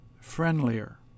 friendlier